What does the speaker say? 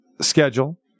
schedule